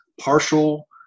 partial